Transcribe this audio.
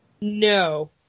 no